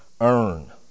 earn